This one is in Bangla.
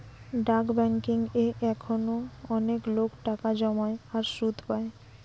ডাক বেংকিং এ এখনো অনেক লোক টাকা জমায় আর সুধ পায়